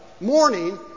morning